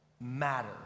matter